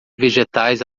vegetais